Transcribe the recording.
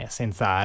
senza